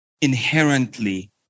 inherently